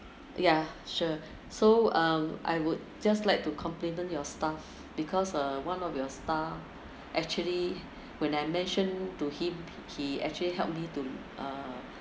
ya sure so um I would just like to compliment your staff because uh one of your staff actually when I mentioned to him he actually helped me to uh